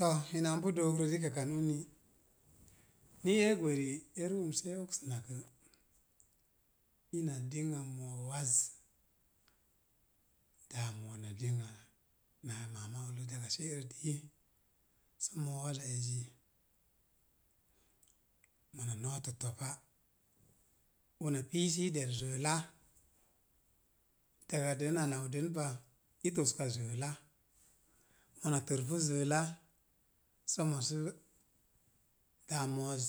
To, ina n pu dookrə rikakan uni, ni ee gweri e ruun sə e oksənak gə, ina dingna mo̱o̱ waz, daa a mo̱o̱z na dingna naa maama a mo̱o̱z daga se'rə dii, sə mo̱o̱ waza ezi mona nootə topa una pii sə i der zəəla, daga den a nau den pa i toska zəəla, mona tor pu zəəla, somo sə daa a mo̱o̱z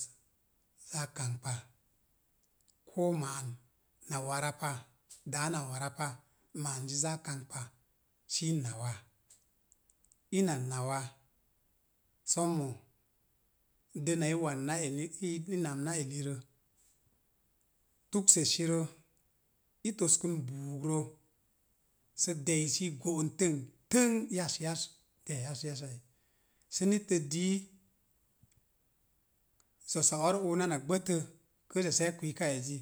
za kamkpa koo maan na wara pa, daa na wara pa, maan zi zaa kamkpa sə i nawa. Ina nawa, somo dəna i wanna eni ii nauna elirə, tuksəsirə, i toskən buugrə sə dei i go'on tən təən, yas yas, deiya yas yasai. Sə nittə dii zosa ar oona na gbətə, kəəza se̱e̱ kwiika ezi,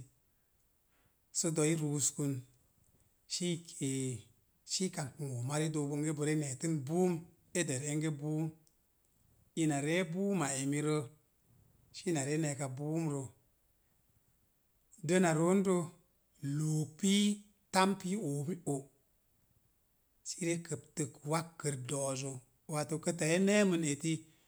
sə dei i ruskən sə i kee, sə i kamkpən womarə i dook bonge bo re ne̱e̱tən buum, i der enge buum. Ina ree buuma emirə, sə ina ree ne̱e̱ka buum rə, dəna roondə loog pii, tam pii oomi o'. Sə i re kəptək wak kər do̱'ozzə. Wato kəta e ne̱mən eti